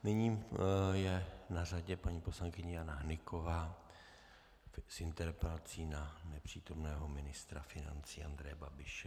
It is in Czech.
Nyní je na řadě paní poslankyně Jana Hnyková s interpelací na nepřítomného ministra financí Andreje Babiše.